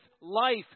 life